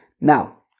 Now